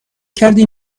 کردی